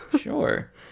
sure